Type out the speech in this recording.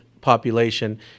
population